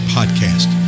Podcast